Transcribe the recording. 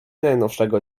najnowszego